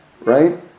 right